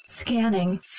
Scanning